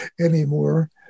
anymore